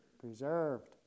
Preserved